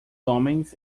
homens